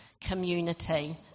community